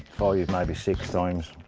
five or yeah maybe six times.